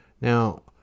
now